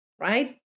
right